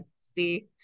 see